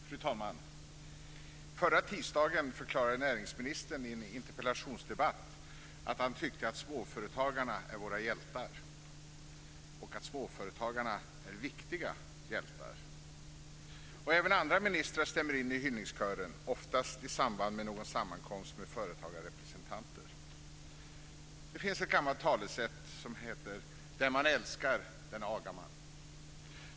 Fru talman! Förra tisdagen förklarade näringsministern i en interpellationsdebatt att han tyckte att småföretagarna är våra hjältar och att småföretagarna är viktiga hjältar. Även andra ministrar stämmer in i hyllningskören, oftast i samband med någon sammankomst med företagarrepresentanter. Det finns ett gammalt talesätt som heter: Den man älskar agar man.